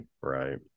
Right